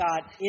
God